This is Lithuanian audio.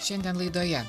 šiandien laidoje